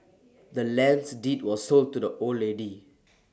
the land's deed was sold to the old lady